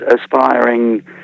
aspiring